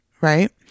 Right